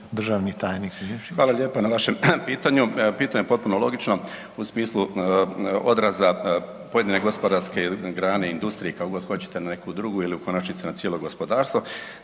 Zdravko** Hvala lijepo na vašem pitanju, pitanje je potpuno logično u smislu odraza pojedine gospodarske grane i industrije, kako god hoćete, na neku drugu ili u konačnici na cijelo gospodarstvo.